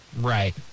Right